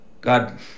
God